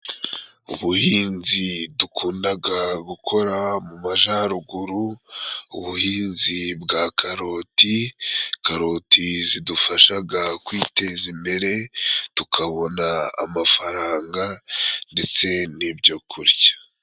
Ubuhinzi dukundaga gukora mu majyaruguru, ubuhinzi bwa karoti, karoti zidufashaga kwiteza imbere tukabona amafaranga ndetse n'ibyo kurya.